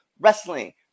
wrestling